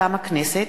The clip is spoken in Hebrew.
מטעם הכנסת: